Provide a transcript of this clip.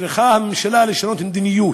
צריכה הממשלה לשנות את המדיניות,